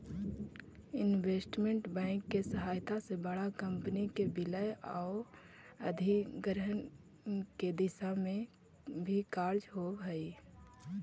investment bank के सहायता से बड़ा कंपनी के विलय आउ अधिग्रहण के दिशा में भी कार्य होवऽ हइ